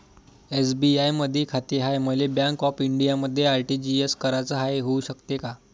SBI मधी खाते हाय, मले बँक ऑफ इंडियामध्ये आर.टी.जी.एस कराच हाय, होऊ शकते का?